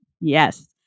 Yes